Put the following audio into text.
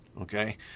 okay